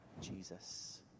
Jesus